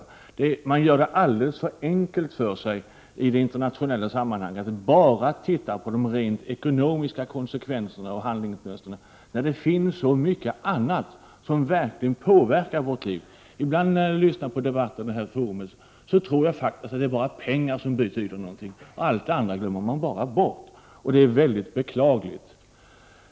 I det internationella sammanhanget gör man det alldeles för lätt för sig, genom att bara se på de rent ekonomiska konsekvenserna av handlingsmönstret, när det finns så mycket annat som verkligen påverkar vårt liv. När jag lyssnar på debatten i detta forum får jag ibland uppfattningen att det bara är pengar som betyder något, allt det andra glöms bort. Det är mycket beklagligt.